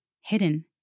hidden